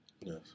Yes